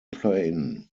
plain